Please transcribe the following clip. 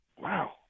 Wow